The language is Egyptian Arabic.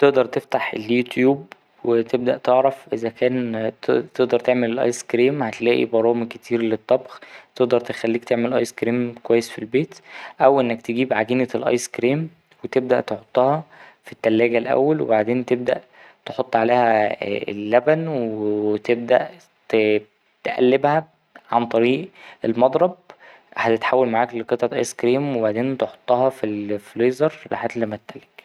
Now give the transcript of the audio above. تقدر تفتح اليوتيوب وتبدأ تعرف إذا كان ت ـ تقدر تعمل الأيس كريم هتلاقي برامج كتير للطبخ تقدر تخليك تعمل أيس كريم كويس في البيت أو أنك تجيب عجينة الأيس كريم وتبدأ تحطها في التلاجة الأول وبعدين تبدأ تحط عليها اللبن وتبدأ ت ـ تقلبها عن طريق المضرب هتتحول معاك لقطعة أيس كريم وبعدين تحطها في الفريزر لحد لما تتلج.